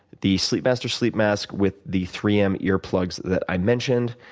the sleep master sleep mask with the three m ear plugs that i mentioned,